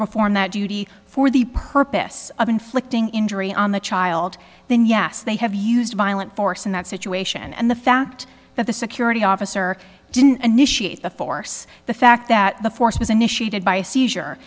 perform that duty for the purpose of inflicting injury on the child then yes they have used violent force in that situation and the fact that the security officer didn't initiate the force the fact that the force was initiated by a seizure